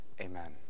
Amen